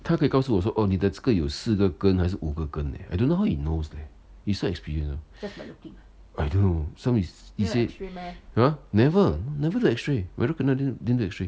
他可以告诉我说 oh 你这个有四个根还是五个根 leh I don't know how he knows leh he so experienced ah I don't know some is he say !huh! never never the x-ray never kena didn't do x-ray